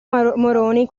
moroni